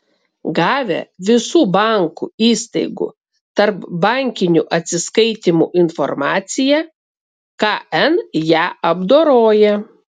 gavę visų bankų įstaigų tarpbankinių atsiskaitymų informaciją kn ją apdoroja